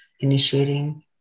initiating